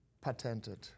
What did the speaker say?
patented